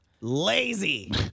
Lazy